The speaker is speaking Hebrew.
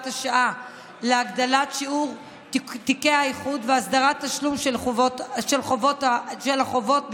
השעה להגדלת שיעור תיקי האיחוד והסדרת תשלום של החובות בשיעורים.